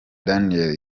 daniels